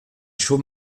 chaud